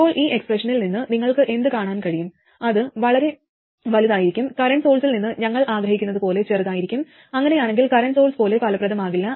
ഇപ്പോൾ ഈ എക്സ്പ്രഷനിൽ നിന്ന് നിങ്ങൾക്ക് എന്ത് കാണാൻ കഴിയും അത് വളരെ വലുതായിരിക്കും കറന്റ് സോഴ്സ്ൽ നിന്ന് ഞങ്ങൾ ആഗ്രഹിക്കുന്നതുപോലെ ചെറുതായിരിക്കും അങ്ങനെയാണെങ്കിൽ കറന്റ് സോഴ്സ് പോലെ ഫലപ്രദമാകില്ല